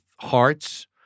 hearts